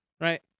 Right